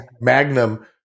Magnum